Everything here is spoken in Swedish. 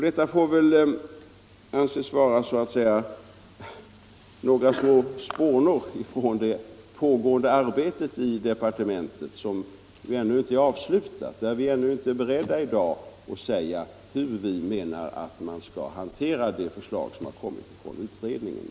Detta får väl anses vara så att säga några små spånor från det pågående arbetet i departementet, vilket ju ännu inte är avslutat, varför jag i dag inte är beredd att säga hur vi anser att de förslag skall hanteras som har kommit från utredningen.